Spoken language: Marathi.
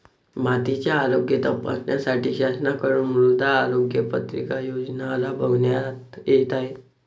मातीचे आरोग्य तपासण्यासाठी शासनाकडून मृदा आरोग्य पत्रिका योजना राबविण्यात येत आहे